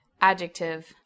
adjective